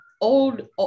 old